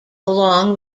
along